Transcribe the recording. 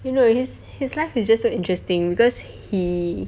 you know his his life is just so interesting because he